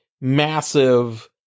massive